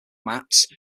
mats